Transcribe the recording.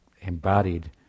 embodied